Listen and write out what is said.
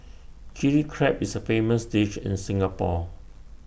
Chilli Crab is A famous dish in Singapore